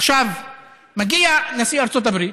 עכשיו, מגיע נשיא ארצות הברית,